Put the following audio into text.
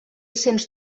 sents